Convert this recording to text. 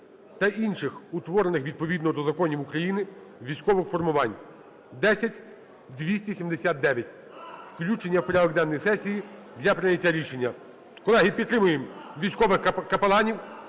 та інших утворених, відповідно до законів України, військових формувань (10279). Включення в порядок денний сесії для прийняття рішення. Колеги, підтримуємо військових капеланів.